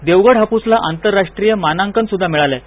देवगड हापूसला आंतरराष्ट्रीय मानांकन सुद्धा मिळालंय